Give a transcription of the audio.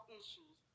issues